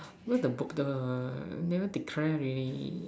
where the book the never declare leh